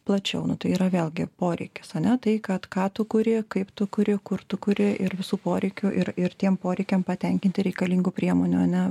plačiau nu tai yra vėlgi poreikis a ne tai kad ką tų kuri kaip tu kuri kur tu kuri ir visų poreikių ir ir tiem poreikiam patenkinti reikalingų priemonių ane